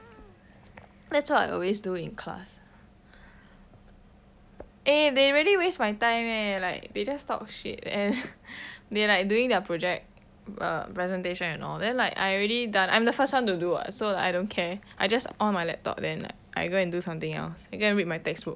that's what I always do in class eh they really waste my time leh like they just talk shit and they like doing their project presentation and all then like I already done I'm the first one to do [what] so like I don't care I just on my laptop then I go and do something else I go and read my textbook